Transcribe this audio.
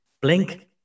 Blink